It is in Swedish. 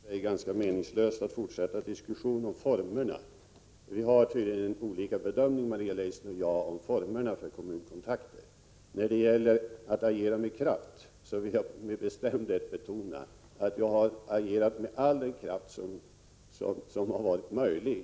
Herr talman! Det är i och för sig ganska meningslöst att fortsätta diskussionen om formerna. Maria Leissner och jag har tydligen olika uppfattningar om formerna för kommunkontakter. När det gäller att agera med kraft vill jag med bestämdhet betona att jag har agerat med all den kraft som har varit möjlig.